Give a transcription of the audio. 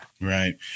Right